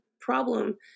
problem